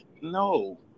No